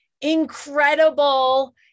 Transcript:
incredible